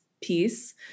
piece